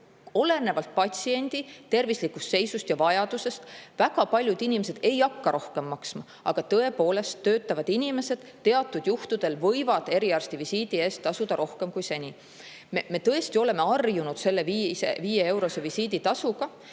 olenevalt patsiendi tervislikust seisust ja vajadusest väga paljud inimesed ei hakka rohkem maksma, aga tõepoolest, töötavad inimesed teatud juhtudel võivad eriarstivisiidi eest tasuda rohkem kui seni. Me tõesti oleme harjunud selle viieeurose visiiditasuga